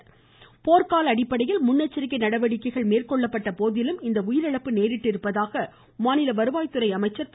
இதனிடையே போக்கால அடிப்படையில் முன்னெச்சரிக்கை நடவடிக்கைகள் மேற்கொண்ட போதிலும் இந்த உயிரிழப்பு நேரிட்டதாக மாநில வருவாய் துறை அமைச்சர் திரு